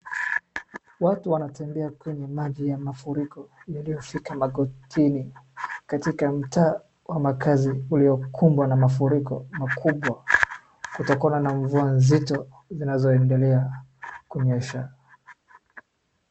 Watu wanatembea kwenye maji ya mafuriko iliyofika magotini katika mtaa wa makazi uliokumbwa na mafuriko makubwa kutokana na mvua nzito zinazoendelea kunyesha.